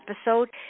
episode